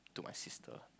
to my sister